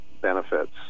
benefits